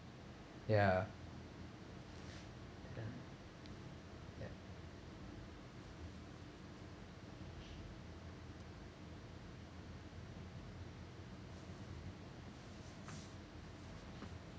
ya